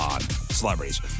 celebrities